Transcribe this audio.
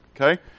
Okay